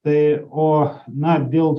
tai o na dėl